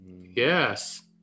Yes